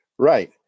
Right